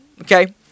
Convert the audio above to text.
okay